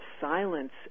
silence